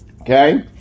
Okay